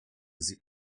sieht